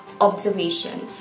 Observation